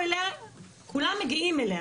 כולם מגיעים אליה.